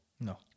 No